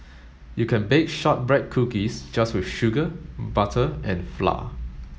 you can bake shortbread cookies just with sugar butter and flour